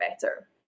better